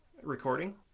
Recording